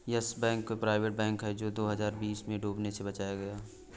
yes bank एक private bank है जो दो हज़ार बीस में डूबने से बचाया गया